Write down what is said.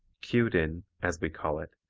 cued in, as we call it,